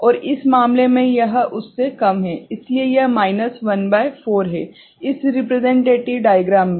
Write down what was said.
और इस मामले में यह उससे कम है इसलिए यह माइनस 1 भागित 4 है इस रिप्रसेंटेटिव डाइग्राम में